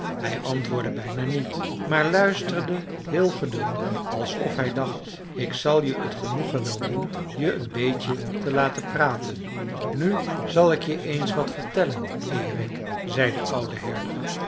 hij antwoordde bijna niet maar luisterde heel geduldig alsof hij dacht ik zal je het genoegen wel doen je een beetje te laten praten nu zal ik je eens wat vertellen erik zei de oude herder